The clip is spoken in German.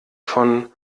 von